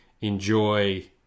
enjoy